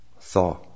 thaw